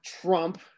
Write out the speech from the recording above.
trump